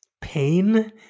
pain